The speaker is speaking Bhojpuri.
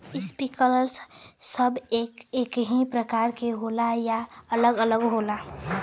इस्प्रिंकलर सब एकही प्रकार के होला या अलग अलग होला?